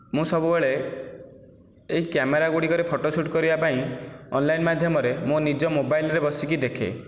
ମୁଁ ସବୁବେଳେ ଏହି କ୍ୟାମେରା ଗୁଡ଼ିକରେ ଫଟୋ ସୁଟ୍ କରିବା ପାଇଁ ଅନଲାଇନ୍ ମାଧ୍ୟମରେ ମୋ ନିଜ ମୋବାଇଲରେ ବସିକି ଦେଖେ